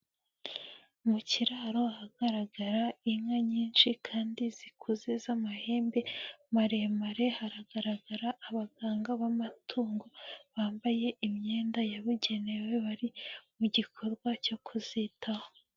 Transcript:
Mu kiraro ahagaragara inka nyinshi kandi zikuze z'amahembe maremare, haragaragara abaganga b'amatungo bambaye imyenda yabugenewe bari mu gikorwa cyo kuzitaho.